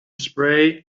spray